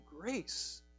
grace